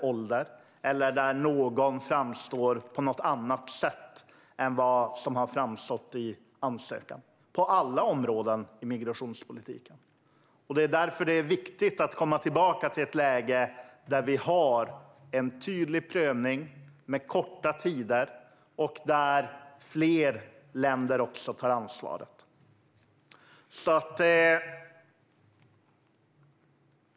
Någon kan framstå på ett annat sätt än vad som har framgått i ansökan. Detta gäller på alla områden inom migrationspolitiken. Därför är det viktigt att återgå till ett läge med en tydlig prövning med korta tider. Fler länder måste också ta ansvar.